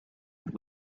but